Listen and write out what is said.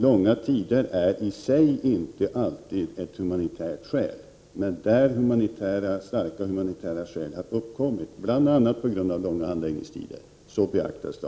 Långa väntetider utgör i sig inte alltid ett humanitärt skäl, men i de fall starka humanitära skäl har uppkommit, bl.a. på grund av långa handläggningstider, beaktas de.